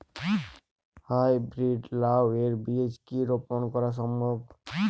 High breed লাও এর বীজ কি রোপন করা সম্ভব?